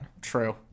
True